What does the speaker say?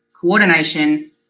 coordination